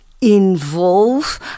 involve